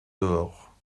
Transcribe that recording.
dehors